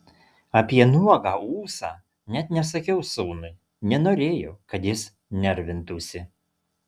apie nuogą ūsą net nesakiau sūnui nenorėjau kad jis nervintųsi